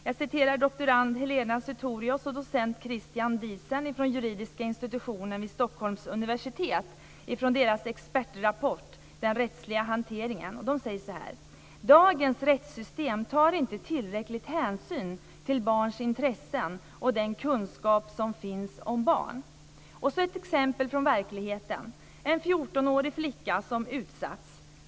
Jag citerar ur expertrapporten Den rättsliga hanteringen av doktorand Helena Sutorius och docent Christian Diesen från juridiska institutionen vid Stockholms universitet: "Dagens rättssystem tar inte tillräcklig hänsyn till barns intressen och den kunskap som finns om barn!" Så ett exempel från verkligheten. Det handlar om en 14-årig flicka som har blivit utsatt.